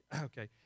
okay